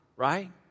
Right